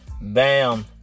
Bam